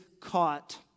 caught